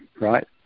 right